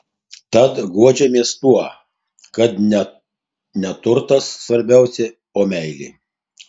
tad guodžiamės tuo kad ne neturtas svarbiausia o meilė